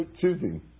choosing